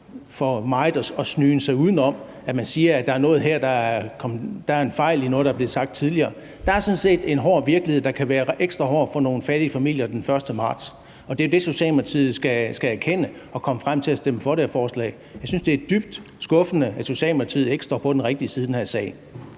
for meget at snyde sig udenom, at man siger, at der er en fejl i noget, der er blevet sagt tidligere. Der er sådan set en hård virkelighed, der kan være ekstra hård for nogle fattige familier den 1. marts, og det er det, Socialdemokratiet skal erkende, så de kan komme frem til at stemme for det her forslag. Jeg synes, det er dybt skuffende, at Socialdemokratiet ikke står på den rigtige side i den her sag.